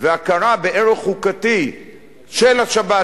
והכרה בערך חוקתי של השבת,